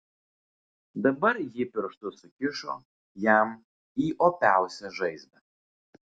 dabar ji pirštus sukišo jam į opiausią žaizdą